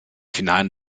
finalen